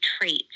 traits